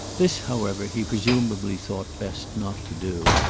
this, however, he presumably thought best not to do,